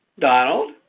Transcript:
Donald